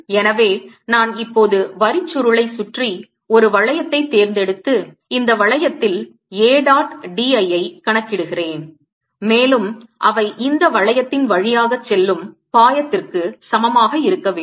எனவே நான் இப்போது வரிச்சுருளைச் சுற்றி ஒரு வளையத்தைத் தேர்ந்தெடுத்து இந்த வளையத்தில் A டாட் d I ஐ கணக்கிடுகிறேன் மேலும் அவை இந்த வளையத்தின் வழியாக செல்லும் பாயத்திற்கு சமமாக இருக்க வேண்டும்